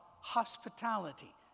hospitality